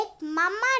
Mama